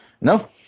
no